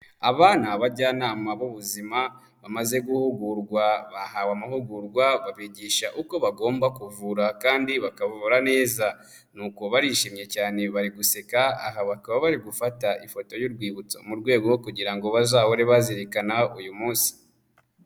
Aba ni abajyanama b'ubuzima bamaze guhugurwa, bahawe amahugurwa babigisha uko bagomba kuvura kandi bakavura neza, nuko barishimye cyane bari guseka aha bakaba bari gufata ifoto y'urwibutso mu rwego rwo kugira ngo bazahore bazirikana uyu munsi.